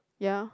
ya